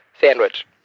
sandwich